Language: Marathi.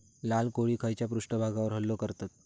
लाल कोळी खैच्या पृष्ठभागावर हल्लो करतत?